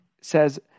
says